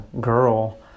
girl